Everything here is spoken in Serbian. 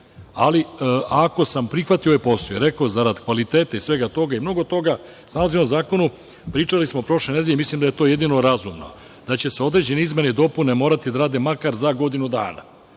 ali ako sam prihvatio posao i rekao zarad kvaliteta i svega toga. Mnogo toga se nalazi u ovom zakonu. Pričali smo prošle nedelje i mislim da je to jedino razumno da će se određene izmene i dopune morati raditi makar za godinu dana.